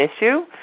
issue